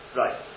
right